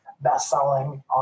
best-selling